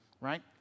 right